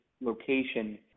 location